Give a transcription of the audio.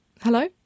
Hello